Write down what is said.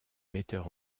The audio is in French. metteur